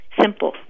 Simple